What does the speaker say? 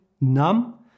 numb